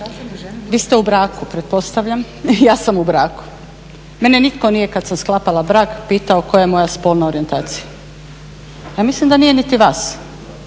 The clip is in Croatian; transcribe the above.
vi ste u braku, pretpostavljam i ja sam u braku, mene nitko nije kada sam sklapala brak pitao koja je moja spolna orijentacija. Ja mislim da nije niti vas.